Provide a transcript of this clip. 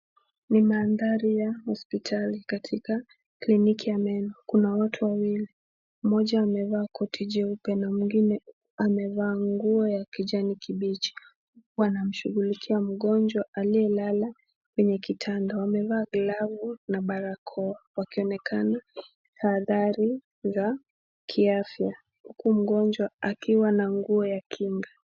Ni mandhari ya hospitali katika kliniki ya meno. Kuna watu wawili, mmoja amevaa koti jeupe na mwengine amevaa nguo ya kijani kibichi huku wanamshghulikia mgonjwa aliyelala kwenye kitanda. Wamevaa glavu na barakoa wakionekana tahadhari za kiafya huku mgonjwa akiwa na nguo ya kinga.